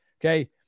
okay